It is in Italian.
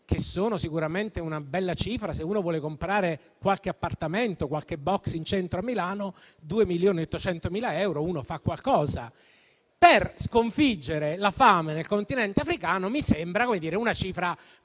che sono sicuramente una bella cifra se uno vuole comprare qualche appartamento o qualche *box* in centro a Milano (con 2,8 milioni di euro uno fa qualcosa). Ma, per sconfiggere la fame nel Continente africano, mi sembra una cifra piuttosto